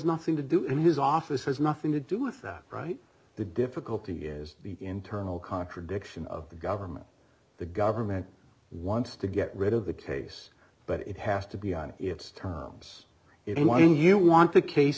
nothing to do in his office has nothing to do with that right the difficulty is the internal contradiction of the government the government wants to get rid of the case but it has to be on its terms and when you want the case